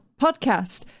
podcast